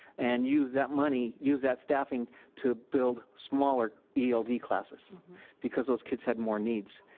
and use that money, use that staffing to build smaller eld classes because those kids had more needs.